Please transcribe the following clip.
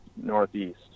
northeast